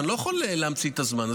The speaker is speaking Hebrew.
אני לא יכול להמציא את הזמן.